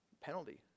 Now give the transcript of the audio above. penalty